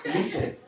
Listen